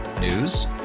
News